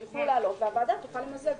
הם יוכלו להעלות והוועדה תוכל למזג.